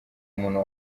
umuntu